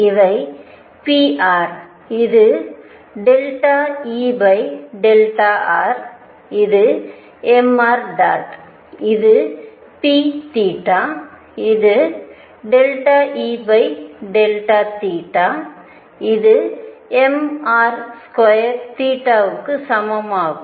இவை pr இது ∂E ∂r இது mr ̇ இது p இது ∂E ∂θ இது mr2 சமம் ஆகும்